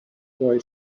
boy